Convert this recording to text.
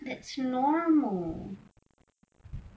that's normal